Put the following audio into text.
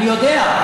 אני יודע.